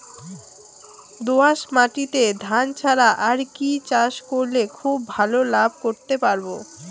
দোয়াস মাটিতে ধান ছাড়া আর কি চাষ করলে খুব ভাল লাভ করতে পারব?